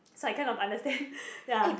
so I kind of understand ya